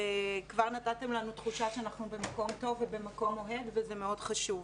כבר נתתם לנו תחושה שאנחנו במקום טוב ובמקום אוהד וזה מאוד חשוב.